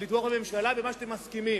ולתמוך בממשלה במה שאתם מסכימים.